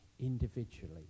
individually